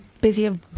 busy